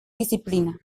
disciplina